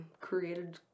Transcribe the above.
created